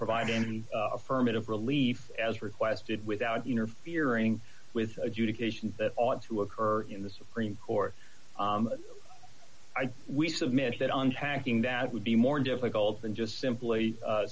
provide any affirmative relief as requested without interfering with adjudication that ought to occur in the supreme court we submit that unpacking that would be more difficult than just simply